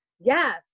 Yes